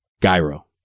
Gyro